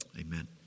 Amen